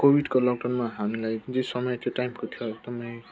कोभिडको लकडाउनमा हामीलाई जुन समय त्यो टाइमको थियो एकदमै